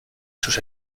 sus